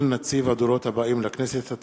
(ביטול נציב הדורות הבאים לכנסת),